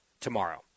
tomorrow